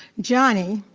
johnny,